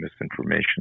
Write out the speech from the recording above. misinformation